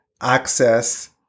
access